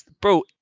Bro